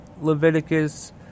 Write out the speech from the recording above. Leviticus